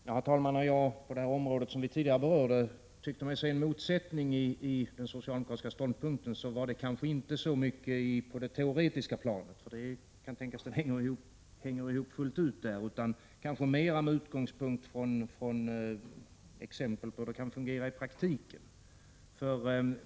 Herr talman! När jag tyckte mig se en motsättning i den socialdemokratisigaförvaltningen ka ståndpunkten på det område vi tidigare berörde var det kanske inte så mycket på det teoretiska planet. Det var mera med utgångspunkt i exempel på hur det kan fungera i praktiken.